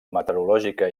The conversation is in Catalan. meteorològica